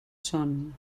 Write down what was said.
són